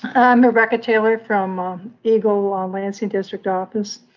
i'm rebecca taylor from um egle um lansing district office.